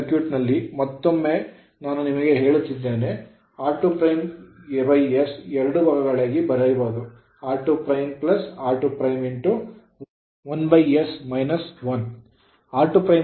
ಈ ಸರ್ಕ್ಯೂಟ್ ನಲ್ಲಿ ಮತ್ತೊಮ್ಮೆ ನಾನು ನಿಮಗೆ ಹೇಳುತ್ತಿದ್ದೇನೆ r2's ಎರಡು ಭಾಗಗಳಾಗಿ ಬರೆಯಬಹುದು r2' r2' 1s - 1